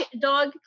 dog